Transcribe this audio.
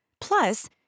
Plus